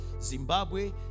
Zimbabwe